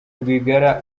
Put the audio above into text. rwigara